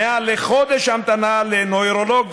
מעל לחודש המתנה לנוירולוג,